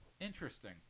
Interesting